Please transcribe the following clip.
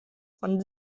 von